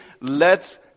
lets